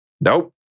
Nope